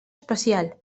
especial